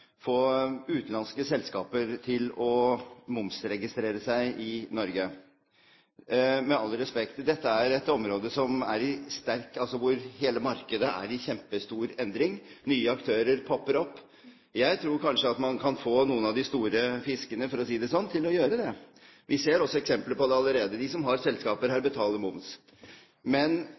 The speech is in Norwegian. få utenlandske selskaper til å momsregistrere seg i Norge. Med all respekt: Dette er et område hvor hele markedet er i kjempestor endring. Nye aktører popper opp. Jeg tror kanskje at man kan få noen av de store fiskene, for å si det sånn, til å gjøre det. Vi ser også eksempler på det allerede. De som har selskaper her, betaler moms. Men